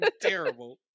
Terrible